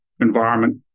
environment